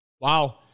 Wow